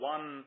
One